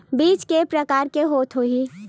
बीज के प्रकार के होत होही?